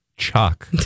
chalk